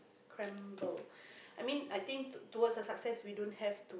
scramble I mean I think to towards a success we don't have to